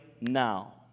now